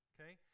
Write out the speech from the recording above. Okay